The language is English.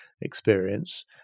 experience